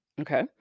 okay